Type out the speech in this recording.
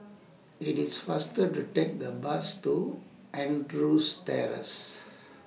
IT IS faster to Take The Bus to Andrews Terrace